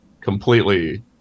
completely